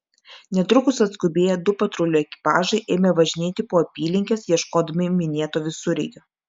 netrukus atskubėję du patrulių ekipažai ėmė važinėti po apylinkes ieškodami minėto visureigio